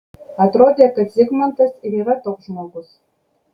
atrodė kad zigmantas ir yra toks žmogus